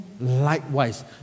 likewise